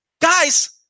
Guys